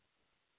अच्छा अच्छा